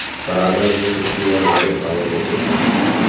परागण में तितली और भौरे सहायक होते है